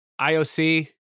IOC